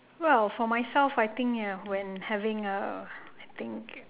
well for myself I think ya when having uh I think